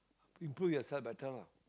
improve yourself better lah